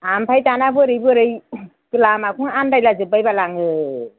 ओमफ्राय दाना बोरै बोरै लामाखौनो आन्दायलाजोब्बाय बाल आङो